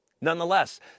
Nonetheless